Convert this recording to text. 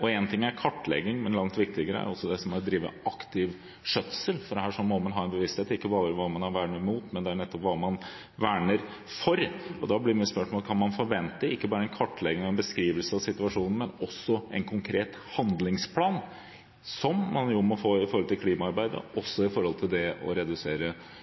En ting er kartlegging, men langt viktigere er det å drive aktiv skjøtsel, for her må man ha en bevissthet ikke bare om hva man verner mot, men nettopp om hva man verner for. Da blir mitt spørsmål: Kan man forvente ikke bare en kartlegging og en beskrivelse av situasjonen, men også en konkret handlingsplan, som man må få om klimaarbeidet, også når det gjelder det å redusere